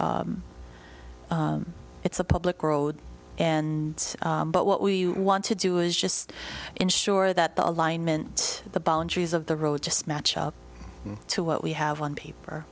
it's a public road and but what we want to do is just ensure that the alignment the boundaries of the road just match up to what we have on paper